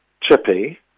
Chippy